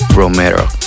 romero